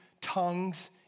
tongues